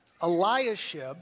Eliashib